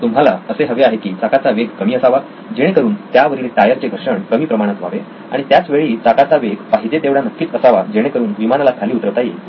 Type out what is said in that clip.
तुम्हाला असे हवे आहे की चाकाचा वेग कमी असावा जेणेकरून त्यावरील टायर चे घर्षण कमी प्रमाणात व्हावे आणि त्याच वेळी चाकाचा वेग पाहिजे तेवढा नक्कीच असावा जेणेकरून विमानाला खाली उतरवता येईल